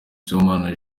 sibomana